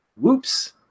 Whoops